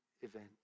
event